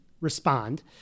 respond